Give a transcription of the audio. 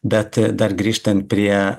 bet dar grįžtant prie